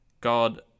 God